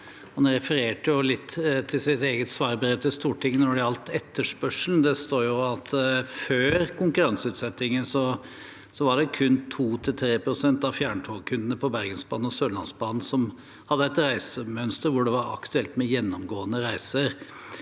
Han refererte litt til sitt eget svarbrev til Stortinget når det gjaldt etterspørselen. Der står det at før konkurranseutsettingen var det kun 2–3 pst. av fjerntogkundene på Bergensbanen og Sørlandsbanen som hadde et reisemønster hvor det var aktuelt med gjennomgående reiser.